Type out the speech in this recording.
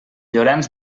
llorenç